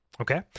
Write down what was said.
Okay